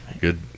Good